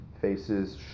faces